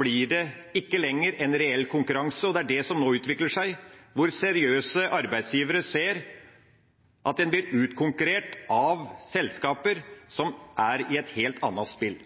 blir det ikke lenger en reell konkurranse, og det er det som nå utvikler seg, hvor seriøse arbeidsgivere ser at en blir utkonkurrert av selskaper som er i et